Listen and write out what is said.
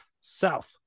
South